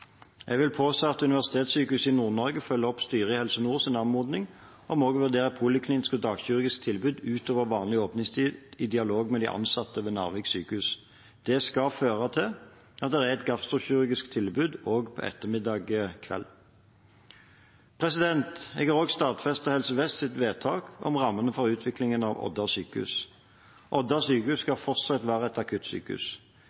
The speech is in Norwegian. Jeg vil påse at Universitetssykehuset i Nord-Norge følger opp styret i Helse Nords anmodning om å vurdere et poliklinisk og dagkirurgisk tilbud utover vanlig åpningstid, i dialog med de ansatte ved Narvik sykehus. Det skal føre til at det er et gastrokirurgisk tilbud også ettermiddager/kvelder. Jeg har også stadfestet Helse Vests vedtak om rammene for utviklingen av Odda sjukehus. Odda